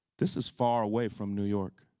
this is far away from new york.